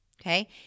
okay